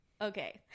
Okay